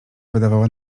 wydawała